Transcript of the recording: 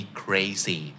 crazy